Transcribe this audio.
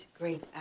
great